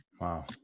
Wow